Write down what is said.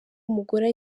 umugore